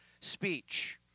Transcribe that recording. speech